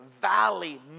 valley